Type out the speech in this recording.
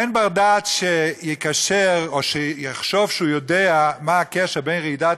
אין בר-דעת שיקשר או יחשוב שהוא יודע מה הקשר בין רעידת